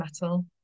metal